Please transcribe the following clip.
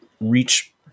reach